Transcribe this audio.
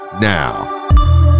now